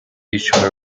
each